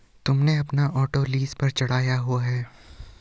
तुमने अपना auto lease पर चढ़ाया हुआ है?